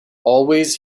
always